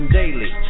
daily